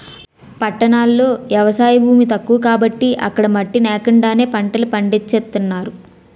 పట్టణాల్లో ఎవసాయ భూమి తక్కువ కాబట్టి అక్కడ మట్టి నేకండానే పంటలు పండించేత్తన్నారు